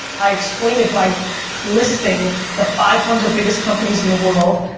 i explained it by listing the five hundred biggest companies in the world,